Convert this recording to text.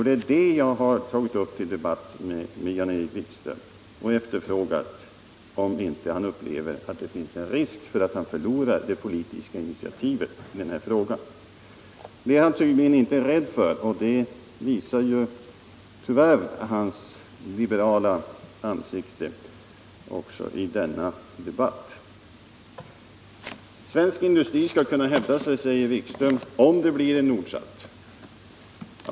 Det är det jag har tagit upp till debatt med Jan-Erik Wikström, och jag har efterfrågat om han inte uppfattar att det finns en risk för att han förlorar det politiska initiativet i den här frågan. Det är han tydligen inte rädd för, och det visar tyvärr hans liberala ansikte också i denna debatt. Svensk industri skall kunna hävda sig, säger Jan-Erik Wikström, om det blir en Nordsat.